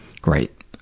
Great